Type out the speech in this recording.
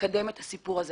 לקדם את הסיפור הזה.